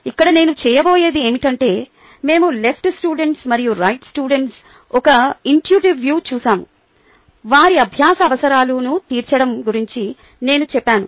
ఇక్కడ నేను చేయబోయేది ఏమిటంటే మేము లెఫ్ట్ స్టూడెంట్స్ మరియు రైట్ స్టూడెంట్స్ ఒక ఇన్ట్యూటిటివ్ వ్యూ చూశాము వారి అభ్యాస అవసరాలను తీర్చడం గురించి నేను చెప్పాను